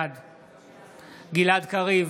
בעד גלעד קריב,